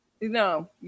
No